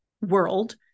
world